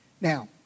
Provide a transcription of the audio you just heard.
Now